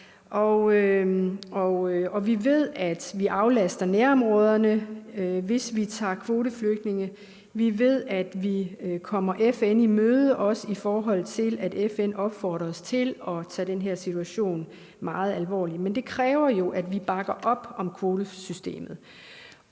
vi ved, at vi aflaster nærområderne, hvis vi tager kvoteflygtninge, og vi ved, at vi kommer FN i møde, i forhold til at FN opfordres til at tage den her situation meget alvorligt, men det kræver jo, at vi bakker op om kvotesystemet.